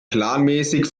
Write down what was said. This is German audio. planmäßig